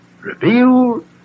revealed